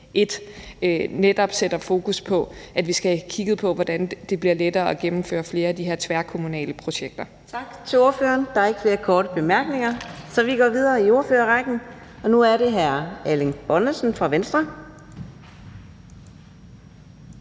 1 netop sætter fokus på, at vi skal have kigget på, hvordan det bliver lettere at gennemføre flere af de her tværkommunale projekter. Kl. 09:54 Fjerde næstformand (Karina Adsbøl): Tak til ordføreren. Der er ikke flere korte bemærkninger, så vi går videre i ordførerrækken, og nu er det hr. Erling Bonnesen fra Venstre.